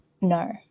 no